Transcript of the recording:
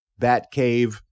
Batcave